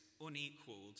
unequaled